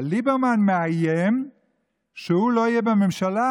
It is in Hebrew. אבל כשליברמן מאיים שהוא לא יהיה בממשלה,